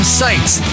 sites